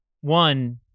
One